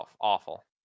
Awful